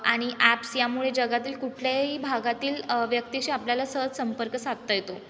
आणि ॲप्स यामुळे जगातील कुठल्याही भागातील व्यक्तीशी आपल्याला सहज संपर्क साधता येतो